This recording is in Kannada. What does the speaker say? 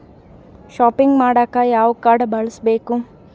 ಷಾಪಿಂಗ್ ಮಾಡಾಕ ಯಾವ ಕಾಡ್೯ ಬಳಸಬೇಕು?